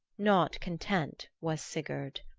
not content was sigurd.